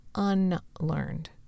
unlearned